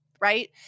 right